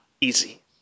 easy